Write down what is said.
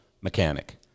mechanic